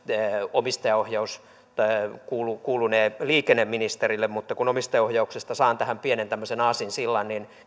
omistajaohjaus kuulunee kuulunee liikenneministerille mutta kun omistajaohjauksesta saan tähän pienen tämmöisen aasinsillan niin